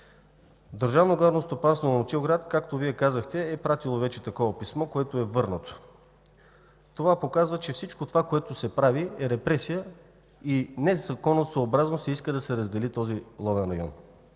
Държавно горско стопанство – Момчилград, както Вие казахте, е пратило вече такова писмо, което е върнато. Това показва, че всичко, което се прави, е репресия и незаконосъобразно се иска да се раздели този ловен район.